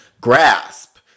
grasp